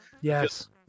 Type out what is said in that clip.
Yes